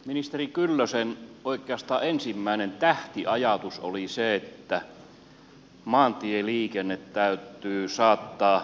ministeri kyllösen oikeastaan ensimmäinen tähtiajatus oli se että maantieliikenne täytyy saattaa satelliittivalvonnan piiriin